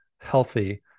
healthy